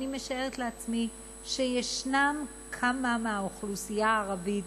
אני משערת לעצמי שישנם כמה מהאוכלוסייה הערבית,